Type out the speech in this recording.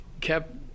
kept